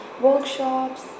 workshops